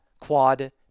Quad